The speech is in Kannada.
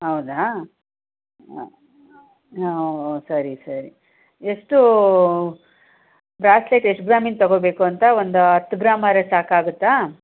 ಹೌದಾ ಹಾಂ ಓಹ್ ಸರಿ ಸರಿ ಎಷ್ಟು ಬ್ರಾಸ್ಲೆಟ್ ಎಷ್ಟು ಗ್ರಾಮಿಂದು ತಗೋಬೇಕು ಅಂತ ಒಂದು ಹತ್ತು ಗ್ರಾಂ ಆರೆ ಸಾಕಾಗುತ್ತಾ